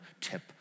tip